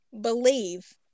believe